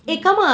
mm